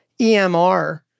EMR